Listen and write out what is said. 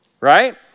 right